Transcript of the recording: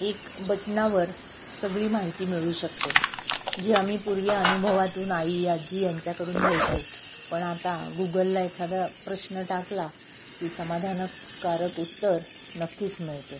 एक बटनावर सगळी माहिती मिळू शकते जी आम्ही पूर्वी अनुभवातून आई आजी यांच्याकडून घ्यायचो पण आता गुगलला एखादा प्रश्न टाकला की समाधानकारक उत्तर नक्कीच मिळते